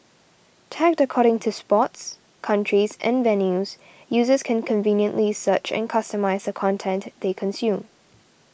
tagged according to sports countries and venues users can conveniently search and customise content they consume